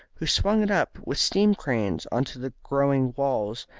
who swung it up with steam cranes on to the growing walls,